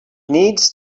needs